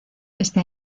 ese